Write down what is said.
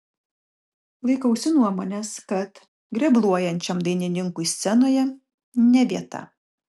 laikausi nuomonės kad grebluojančiam dainininkui scenoje ne vieta